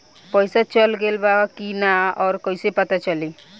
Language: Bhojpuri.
पइसा चल गेलऽ बा कि न और कइसे पता चलि?